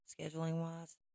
scheduling-wise